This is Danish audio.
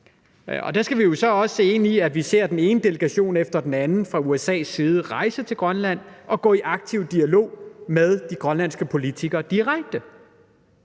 Og der skal vi jo så også se ind i, at vi ser den ene delegation efter den anden rejse fra USA til Grønland og gå direkte i aktiv dialog med de grønlandske politikere.